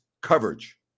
coverage